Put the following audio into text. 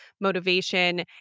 motivation